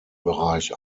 bereich